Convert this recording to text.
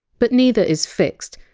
but neither is fixed,